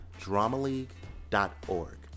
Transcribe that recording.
DramaLeague.org